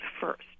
first